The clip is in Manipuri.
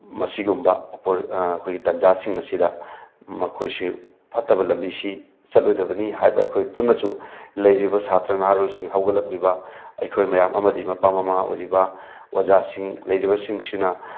ꯃꯁꯤꯒꯨꯝꯕ ꯑꯩꯈꯣꯏꯒꯤ ꯇꯥꯟꯖꯥꯁꯤꯡ ꯑꯁꯤꯗ ꯃꯈꯣꯏꯁꯨ ꯐꯠꯇꯕ ꯂꯝꯕꯤꯁꯤ ꯆꯠꯂꯣꯏꯗꯕꯅꯤ ꯍꯥꯏꯕ ꯑꯩꯈꯣꯏ ꯄꯨꯟꯅꯁꯨ ꯂꯩꯔꯤꯕ ꯁꯥꯇ꯭ꯔ ꯅꯍꯥꯔꯣꯜꯁꯤꯡ ꯍꯧꯒꯠꯂꯛꯂꯤꯕ ꯑꯩꯈꯣꯏ ꯃꯌꯥꯝ ꯑꯃꯗꯤ ꯃꯄꯥ ꯃꯃꯥ ꯑꯣꯏꯔꯤꯕ ꯑꯣꯖꯥꯁꯤꯡ ꯂꯩꯔꯤꯕꯁꯤꯡꯁꯤꯅ